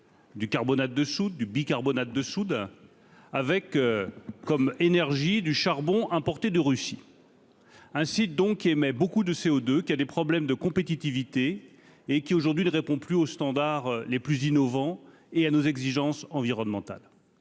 du carbonate de soude, du bicarbonate de soude, avec comme énergie du charbon importé de Russie incite donc émet beaucoup de CO2, qui a des problèmes de compétitivité et qui aujourd'hui ne répond plus aux standards les plus innovants et à nos exigences environnementales,